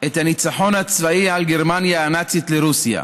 את הניצחון הצבאי על גרמניה הנאצית לרוסיה,